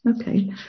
Okay